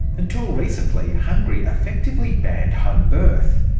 until recently, hungary effectively banned homebirth.